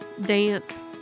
dance